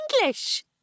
English